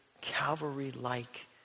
Calvary-like